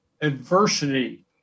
adversity